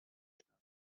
statt